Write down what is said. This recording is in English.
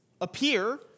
appear